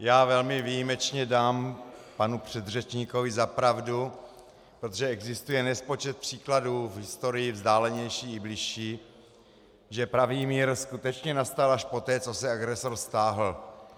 Já velmi výjimečně dám panu předřečníkovi za pravdu, protože existuje nespočet příkladů v historii vzdálenější i bližší, že pravý mír skutečně nastal až poté, co se agresor stáhl.